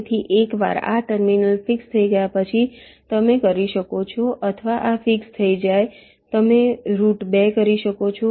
તેથી એકવાર આ ટર્મિનલ્સ ફિક્સ થઈ ગયા પછી તમે કરી શકો છો અથવા આ ફિક્સ થઈ જાય તમે રૂટ 2 કરી શકો છો